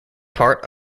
part